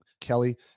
Kelly